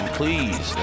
please